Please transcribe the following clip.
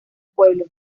pueblo